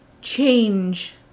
change